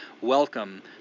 welcome